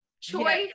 choice